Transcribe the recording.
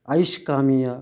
आयुष्कामीया